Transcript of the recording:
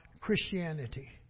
Christianity